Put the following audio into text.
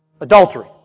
Adultery